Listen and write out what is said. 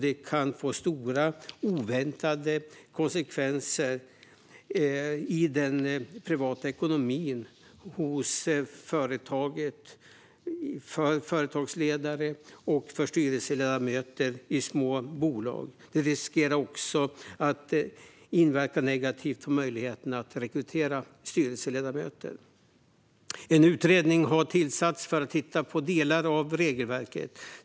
Det kan få stora oväntade konsekvenser i den privata ekonomin för företagsledare och styrelseledamöter i små bolag. Det riskerar också att inverka negativt på möjligheterna att rekrytera styrelseledamöter. En utredning har tillsatts för att titta på delar av regelverket.